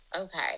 Okay